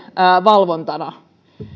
valvontana